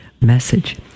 message